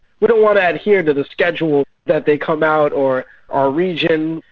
we don't want to adhere to the schedule that they come out, or our region,